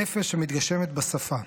הנפש המתגשמת בשפה.